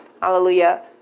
Hallelujah